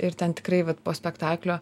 ir ten tikrai vat po spektaklio